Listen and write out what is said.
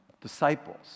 disciples